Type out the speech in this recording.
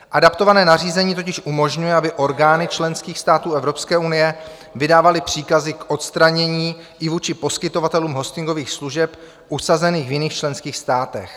Adaptované nařízení totiž umožňuje, aby orgány členských států Evropské unie vydávaly příkazy k odstranění i vůči poskytovatelům hostingových služeb usazených v jiných členských státech.